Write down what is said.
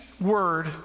word